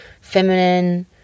feminine